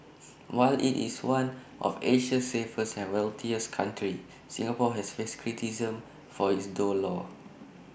while IT is one of Asia's safest and wealthiest countries Singapore has faced criticism for its though laws